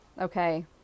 okay